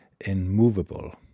immovable